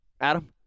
Adam